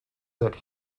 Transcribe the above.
that